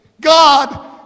God